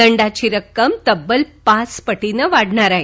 दंडाची रक्कम तब्बल पाच पटीनं वाढणार आहे